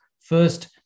First